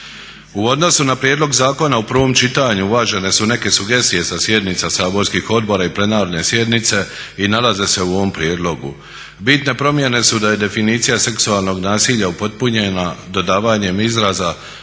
U odnosu na prijedlog zakona u prvom čitanju uvažene su neke sugestije sa sjednica saborskih odbora i plenarne sjednice i nalaze se u ovom prijedlogu. Bitne promjene su da je definicija seksualnog nasilja upotpunjena dodavanjem izraza